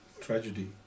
tragedy